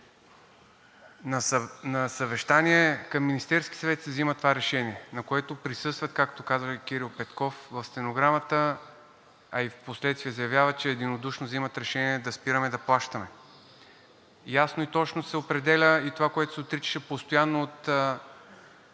на съвещание към Министерския съвет се взема това решение, на което присъстват, както казва Кирил Петков в стенограмата, а впоследствие заявява, че единодушно вземат решение да спираме да плащаме. Ясно и точно се определя и това, което се отричаше постоянно от